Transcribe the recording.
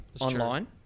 online